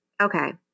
Okay